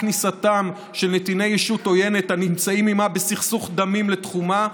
כניסתם של נתיני ישות עוינת הנמצאים עימה בסכסוך דמים לתחומה,